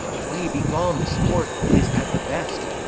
away, be gone the sport is at the best.